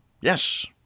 Yes